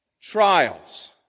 trials